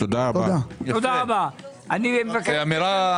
לפני כן אני מבקשת הצעה לסדר.